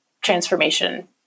transformation